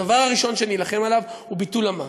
שהדבר הראשון שאלחם עליו הוא ביטול המע"מ.